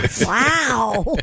Wow